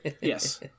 Yes